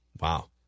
Wow